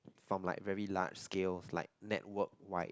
from like very large scales like network wide